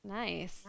Nice